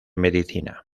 medicina